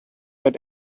let